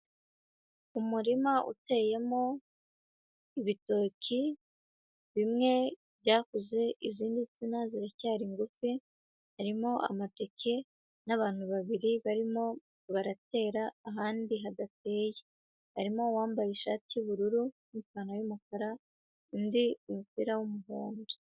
Umurima uteyemo ibitoki, bimwe byakuze, izindi nsina ziracyari ngufi, harimo amateke n'abantu babiri barimo baratera ahandi hadateye, harimo uwambaye ishati y'ubururu n'ipantaro y'umukara, undi umupira w'umuhondo.